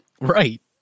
Right